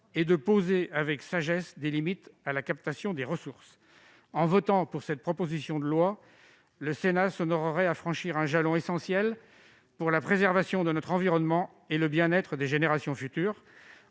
et de poser avec sagesse des limites à la captation des ressources. En votant pour cette proposition de loi, le Sénat s'honorerait à poser un jalon essentiel pour la préservation de notre environnement et le bien-être des générations futures.